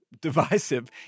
divisive